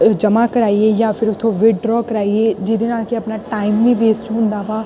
ਅ ਜਮ੍ਹਾ ਕਰਾਈਏ ਜਾਂ ਫਿਰ ਉੱਥੋਂ ਵਿਦਡਰੋਅ ਕਰਾਈਏ ਜਿਹਦੇ ਨਾਲ ਕਿ ਆਪਣਾ ਟਾਈਮ ਵੀ ਵੇਸਟ ਹੁੰਦਾ ਵਾ